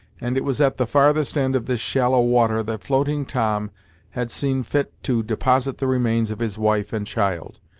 and it was at the farthest end of this shallow water that floating tom had seen fit to deposit the remains of his wife and child.